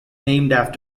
named